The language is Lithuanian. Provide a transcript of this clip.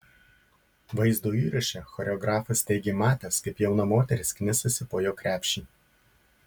vaizdo įraše choreografas teigė matęs kaip jauna moteris knisasi po jo krepšį